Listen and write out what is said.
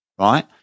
right